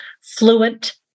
fluent